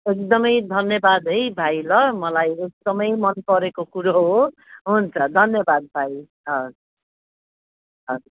एकदमै धन्यवाद है भाइ ल मलाई एकदमै मन परेको कुरो हो हुन्छ धन्यवाद भाइ हवस् हवस्